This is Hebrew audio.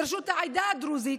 לרשות העדה הדרוזית,